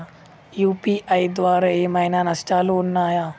UPI ద్వారా ఏమైనా నష్టాలు ఉన్నయా?